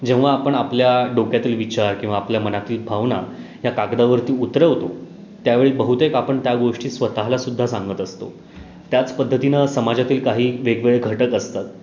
जेव्हा आपण आपल्या डोक्यातील विचार किंवा आपल्या मनातील भावना या कागदावरती उतरवतो त्यावेळी बहुतेक आपण त्या गोष्टी स्वतःला सुद्धा सांगत असतो त्याच पद्धतीनं समाजातील काही वेगवेगळे घटक असतात